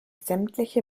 sämtliche